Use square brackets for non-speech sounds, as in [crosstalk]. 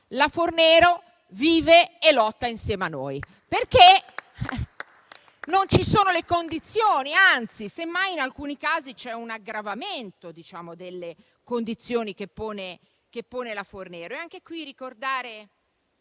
la Fornero vive e lotta insieme a noi. [applause] Questo perché non ce ne sono le condizioni; anzi, semmai in alcuni casi c'è un aggravamento delle condizioni che pone la Fornero e anche qui ricordare